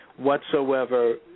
Whatsoever